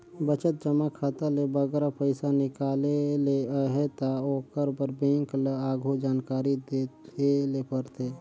बचत जमा खाता ले बगरा पइसा हिंकाले ले अहे ता ओकर बर बेंक ल आघु जानकारी देहे ले परथे